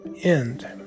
End